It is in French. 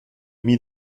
mit